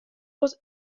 was